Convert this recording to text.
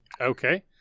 Okay